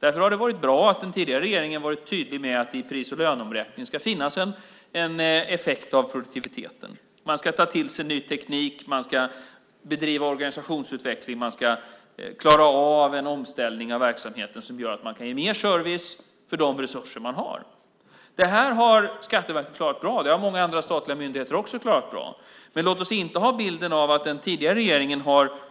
Därför är det bra att den tidigare regeringen var tydlig med att det i pris och löneomräkningen ska finnas en effekt av produktiviteten. Man ska ta till sig ny teknik. Man ska bedriva organisationsutveckling. Man ska klara av en omställning av verksamheten som gör att man kan ge mer service för de resurser man har. Detta har Skatteverket, liksom många andra statliga myndigheter, klarat av på ett bra sätt. Men låt oss inte ha en bild av att den tidigare regeringen kraftigt